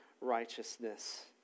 righteousness